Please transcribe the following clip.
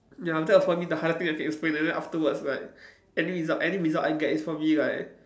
ya after that for me the harder things okay is afterwards like any result any result I get is probably like